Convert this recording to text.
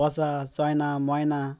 বর্ষা Chayna ময়না